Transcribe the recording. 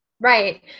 Right